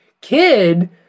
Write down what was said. kid